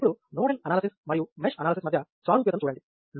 ఇప్పుడు nodal analysis మరియు mesh analysis మధ్య సారూప్యతను చూడండి